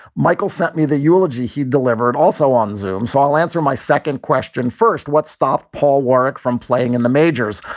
michael sent me the eulogy he delivered also on zoom's. so i'll answer my second question first. what stopped paul warwick from playing in the majors?